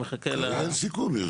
נחכה לסיכום.